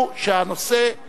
הוא עשה את זה.